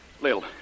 Lil